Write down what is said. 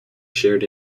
shared